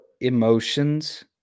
emotions